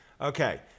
Okay